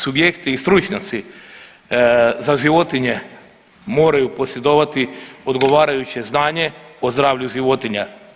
Subjekti i stručnjaci za životinje moraju posjedovati odgovarajuće znanje o zdravlju životinja.